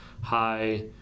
high